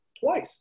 twice